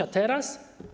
A teraz?